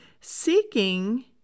Seeking